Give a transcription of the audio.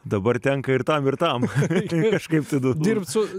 dabar tenka ir tam ir tam reikia kažkaip tai du dirbti su